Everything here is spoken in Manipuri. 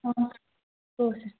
ꯑꯣ ꯇꯣꯛꯂꯁꯦ